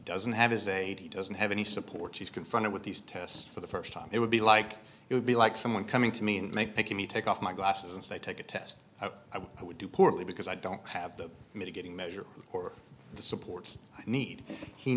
doesn't have is a he doesn't have any support he's confronted with these tests for the first time it would be like it would be like someone coming to me and make me take off my glasses and say take a test i would do poorly because i don't have the mitigating measure or the support i need he